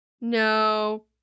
No